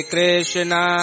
Krishna